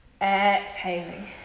Exhaling